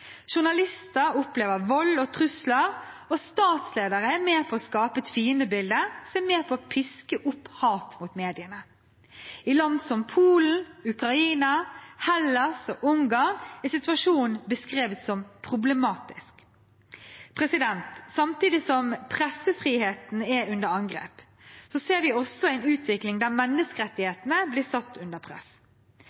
Journalister opplever vold og trusler, og statsledere er med på å skape et fiendebilde som er med på å piske opp hat mot mediene. I land som Polen, Ukraina, Hellas og Ungarn er situasjonen beskrevet som problematisk. Samtidig som pressefriheten er under angrep, ser vi også en utvikling der